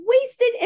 wasted